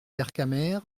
vercamer